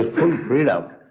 freedom.